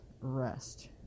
rest